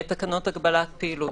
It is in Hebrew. תקנות הגבלת פעילות.